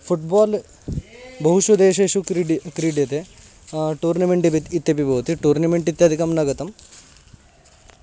football बहुषु देशेषु क्रीड्यं क्रीड्यते टूर्नमेण्ट् इपि इत्यापि भवति टूर्नमेण्ट् इत्यादिकं न गतम्